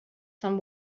some